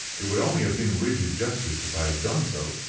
it would only have been rigid justice if i had done so,